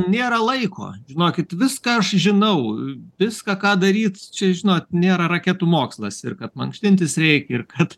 nėra laiko žinokit viską aš žinau viską ką daryt čia žinot nėra raketų mokslas ir kad mankštintis reikia ir kad